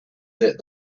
that